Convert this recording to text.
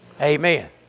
Amen